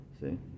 See